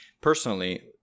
personally